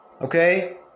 okay